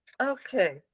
Okay